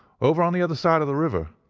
over on the other side of the river.